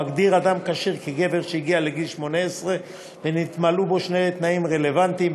מגדיר אדם כשיר כ"גבר שהגיע לגיל 18 ונתמלאו בו שני תנאים רלוונטיים".